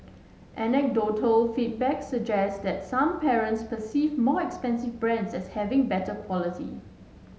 anecdotal feedback suggested that some parents perceive more expensive brands as having better quality